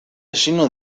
lleno